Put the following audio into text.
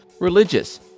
religious